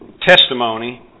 testimony